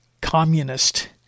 communist